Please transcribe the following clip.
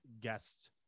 guests